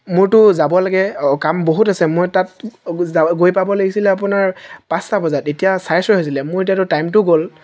মোৰতো যাব লাগে কাম বহুত আছে মই তাত গৈ পাব লাগিছিলে আপোনাৰ পাঁচটা বজাত এতিয়া চাৰে ছয় হৈছিলে মোৰ এতিয়াতো টাইমটো গ'ল